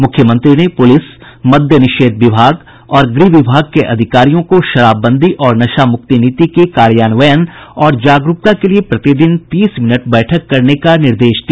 मुख्यमंत्री ने पुलिस मद्य निषेध और गृह विभाग के अधिकारियों को शराबबंदी और नशामुक्ति नीति के कार्यान्वयन और जागरूकता के लिए प्रतिदिन तीस मिनट बैठक करने का निर्देश दिया